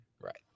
right